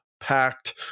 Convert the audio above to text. packed